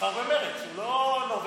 נבחר במרצ, הוא לא נורבגי.